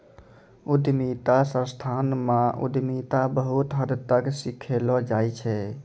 उद्यमिता संस्थान म उद्यमिता बहुत हद तक सिखैलो जाय छै